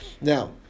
Now